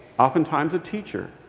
oftentimes a teacher,